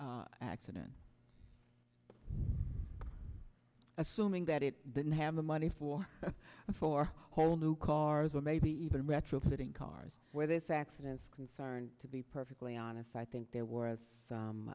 this accident assuming that it didn't have the money for four whole new cars or maybe even retrofitting cars where there's accidents concern to be perfectly honest i think there were